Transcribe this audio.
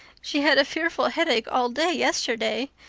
she had a fearful headache all day yesterday.